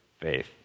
faith